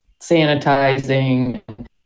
sanitizing